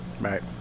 Right